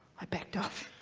i backed off.